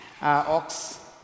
Ox